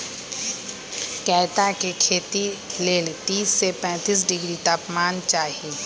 कैता के खेती लेल तीस से पैतिस डिग्री तापमान चाहि